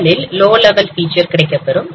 முதலில் low level feature கிடைக்கப்பெறும்